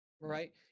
right